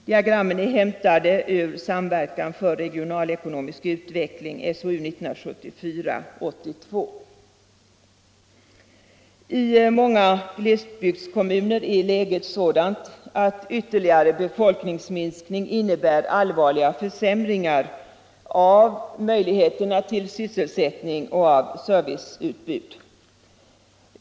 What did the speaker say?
Diagrammen är hämtade ur Samverkan för regional utveckling, SOU 1974:82. I många glesbygdskommuner är läget sådant att ytterligare befolkningsminskning innebär allvarliga försämringar av möjligheterna till sysselsättning och av serviceutbud.